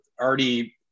already